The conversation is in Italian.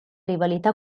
rivalità